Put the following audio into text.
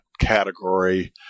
category